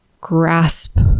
grasp